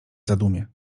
zadumie